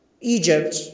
Egypt